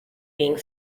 being